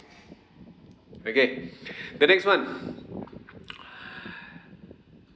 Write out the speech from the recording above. okay the next one